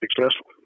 successful